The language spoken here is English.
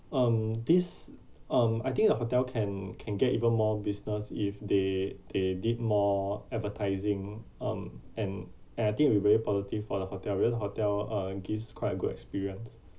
um this um I think the hotel can can get even more business if they they did more advertising um and and I think will be very positive for the hotel hotel uh gives quite a good experience